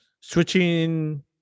switching